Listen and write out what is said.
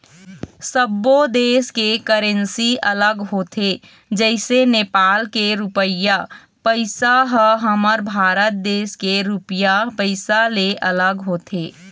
सब्बो देस के करेंसी अलग होथे जइसे नेपाल के रुपइया पइसा ह हमर भारत देश के रुपिया पइसा ले अलग होथे